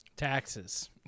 Taxes